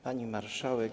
Pani Marszałek!